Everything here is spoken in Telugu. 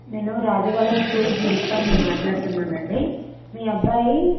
నేను రాజు వాళ్ళ స్కూల్ ప్రిన్సిపల్ని మాట్లాడుతున్నాను అండి మీ అబ్బాయి